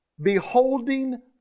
beholding